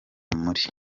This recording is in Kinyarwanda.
muri